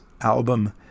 album